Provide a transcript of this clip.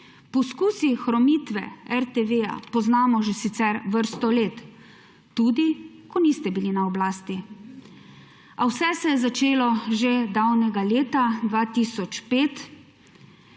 Poskuse hromitve RTV poznamo že sicer vrsto let, tudi ko niste bili na oblasti. A vse se je začelo že davnega leta 2005,